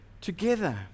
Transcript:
Together